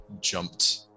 jumped